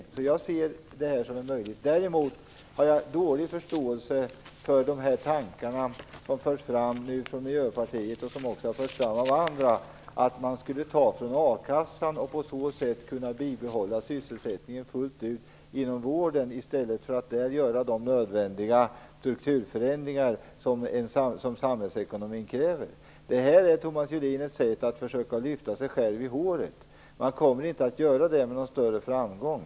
Jag ser alltså detta som en möjlighet. Däremot har jag inte mycket förståelse för de tankar som Miljöpartiet och även andra har fört fram och som går ut på att man skulle ta från a-kassan och på så sätt kunna bibehålla sysselsättningen inom vården fullt ut, detta i stället för att inom vården göra de strukturförändringar som är nödvändiga och som samhällsekonomin kräver. Det här, Thomas Julin, är ett sätt att försöka lyfta sig själv i håret; man kommer inte att göra det med någon större framgång.